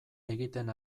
egiten